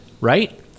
Right